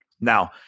Now